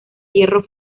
hierro